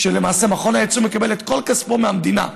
למעשה מכון היצוא מקבל את כל כספו מהמדינה,